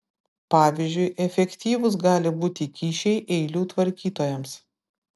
pavyzdžiui efektyvūs gali būti kyšiai eilių tvarkytojams